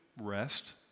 rest